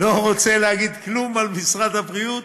לא רוצה להגיד כלום על משרד הבריאות,